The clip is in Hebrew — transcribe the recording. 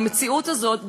המציאות הזאת,